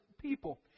people